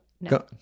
No